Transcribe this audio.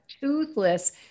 toothless